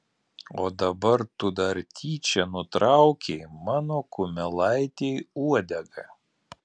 o dabar tu dar tyčia nutraukei mano kumelaitei uodegą